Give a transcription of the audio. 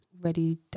ready